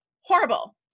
Horrible